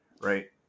right